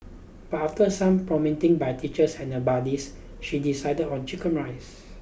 but after some prompting by teachers and her buddies she decided on chicken rice